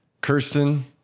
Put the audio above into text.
Kirsten